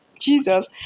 Jesus